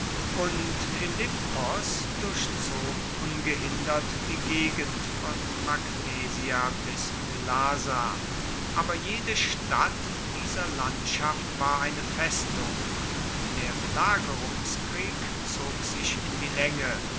und philippos durchzog ungehindert die gegend von magnesia bis mylasa aber jede stadt in dieser landschaft war eine festung und der belagerungskrieg zog sich in die laenge